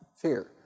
fear